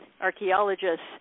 archaeologists